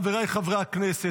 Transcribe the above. חבריי חברי הכנסת,